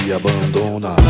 abandona